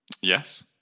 Yes